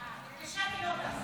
אה, ולשם היא לא טסה.